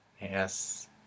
Yes